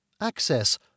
Access